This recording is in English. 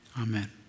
Amen